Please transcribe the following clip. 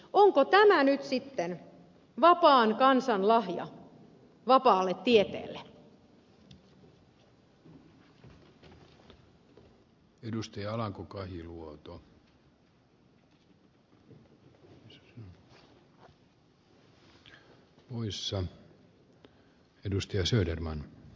onko tämä nyt sitten vapaan kansan lahja vapaalle tieteelle